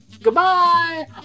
goodbye